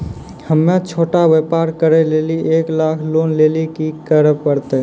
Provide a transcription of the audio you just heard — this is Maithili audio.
हम्मय छोटा व्यापार करे लेली एक लाख लोन लेली की करे परतै?